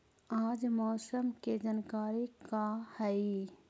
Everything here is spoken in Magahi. आज मौसम के जानकारी का हई?